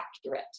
accurate